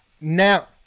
now